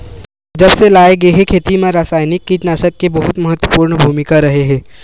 जब से लाए गए हे, खेती मा रासायनिक कीटनाशक के बहुत महत्वपूर्ण भूमिका रहे हे